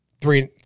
three